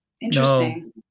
interesting